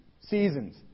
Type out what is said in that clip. Seasons